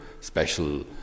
special